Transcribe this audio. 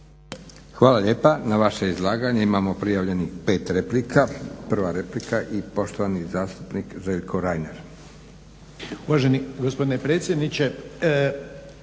Hvala lijepa. Na vaše izlaganje imamo prijavljenih 5 replika. Prva replika i poštovani zastupnik Željko Reiner.